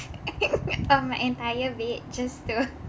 of my entire bed just to